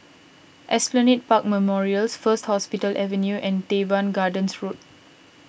Esplanade Park Memorials First Hospital Avenue and Teban Gardens Road